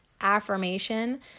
affirmation